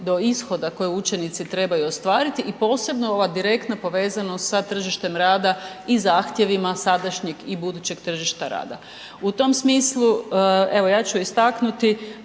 do ishoda koje učenici trebaju ostvariti i posebno ova direktna povezanost sa tržištem rada i zahtjevima sadašnjeg i budućeg tržišta rada. U tom smislu evo ja ću istaknuti